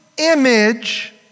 image